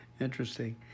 Interesting